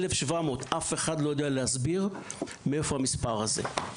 1,700, אף אחד לא יודע להסביר מאיפה המספר הזה.